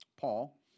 Paul